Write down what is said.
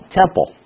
temple